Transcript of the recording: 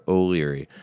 O'Leary